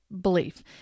belief